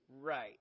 Right